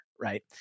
right